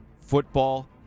football